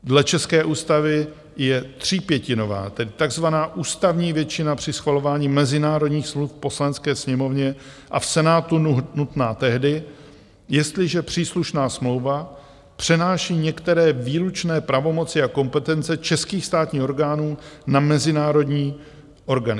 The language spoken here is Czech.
Dle české ústavy je třípětinová, tedy takzvaná ústavní většina při schvalování mezinárodních smluv v Poslanecké sněmovně a v Senátu nutná tehdy, jestliže příslušná smlouva přenáší některé výlučné pravomoci a kompetence českých státních orgánů na mezinárodní organizaci.